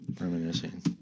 Reminiscing